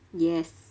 yes